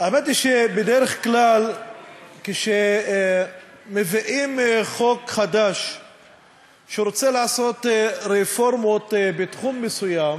האמת היא שבדרך כלל כשמביאים חוק חדש שרוצה לעשות רפורמות בתחום מסוים,